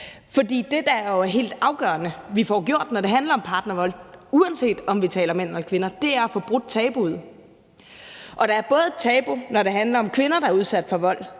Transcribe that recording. For det, der jo er helt afgørende vi får gjort, når det handler om partnervold, uanset om vi taler om mænd eller kvinder, er at få brudt tabuet. Og der er et tabu, når det handler om kvinder, der udsættes for vold